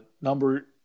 number